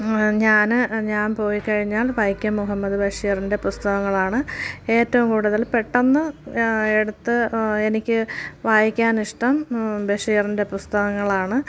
ഞാൻ ഞാൻ പോയി കഴിഞ്ഞാൽ വൈക്കം മുഹമ്മദ് ബഷീറിൻ്റെ പുസ്തകങ്ങളാണ് ഏറ്റവും കൂടുതൽ പെട്ടെന്ന് എടുത്ത് എനിക്ക് വായിക്കാൻ ഇഷ്ടം ബഷീറിൻ്റെ പുസ്തകങ്ങളാണ് ഞാൻ